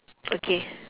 okay